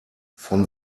von